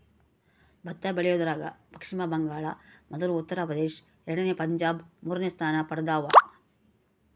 ಭತ್ತ ಬೆಳಿಯೋದ್ರಾಗ ಪಚ್ಚಿಮ ಬಂಗಾಳ ಮೊದಲ ಉತ್ತರ ಪ್ರದೇಶ ಎರಡನೇ ಪಂಜಾಬ್ ಮೂರನೇ ಸ್ಥಾನ ಪಡ್ದವ